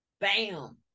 bam